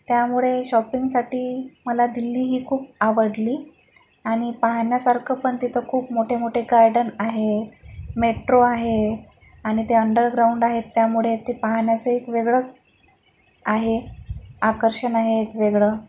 त्यामुळे शॉपिंगसाठी मला दिल्ली ही खूप आवडली आणि पाहण्यासारखंपण तिथं खूप मोठेमोठे गार्डन आहे मेट्रो आहे आणि ते अंडरग्राउंड आहेत त्यामुळे ते पाहण्याचं एक वेगळंच आहे आकर्षण आहे एक वेगळं